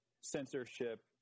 censorship